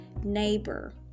neighbor